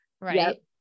Right